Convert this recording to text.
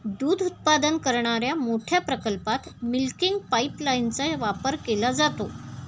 दूध उत्पादन करणाऱ्या मोठ्या प्रकल्पात मिल्किंग पाइपलाइनचा वापर केला जातो